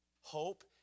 Hope